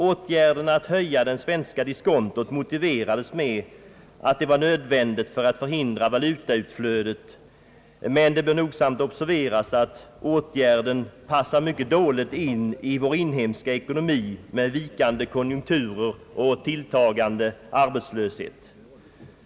Åtgärden att höja det svenska diskontot motiverades med att det var nödvändigt för att förhindra valutautflödet, men det bör nogsamt observeras att åtgärden passar mycket dåligt in i vår inhemska ekonomi med vikande konjunkturer och tilltagande arbetslöshet.